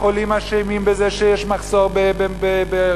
החולים אשמים בזה שיש מחסור ברפואה,